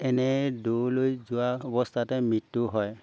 এনে দূৰলৈ যোৱা অৱস্থাতে মৃত্যু হয়